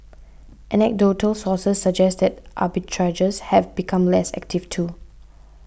anecdotal sources suggest that arbitrageurs have become less active too